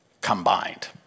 combined